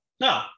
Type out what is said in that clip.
No